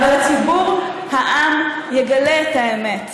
אבל הציבור, העם, יגלה את האמת,